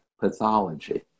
pathology